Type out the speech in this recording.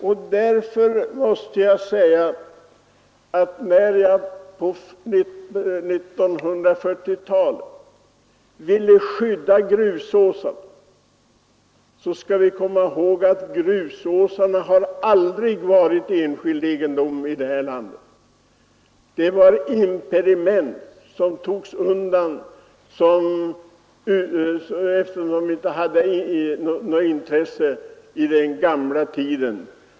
Jag ville skydda grusåsarna på 1940-talet. Men, vi skall komma ihåg att grusåsarna har aldrig varit enskild egendom i detta land. De var impediment som togs undan eftersom de inte hade något intresse i den gamla tiden.